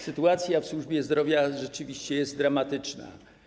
Sytuacja w służbie zdrowia rzeczywiście jest dramatyczna.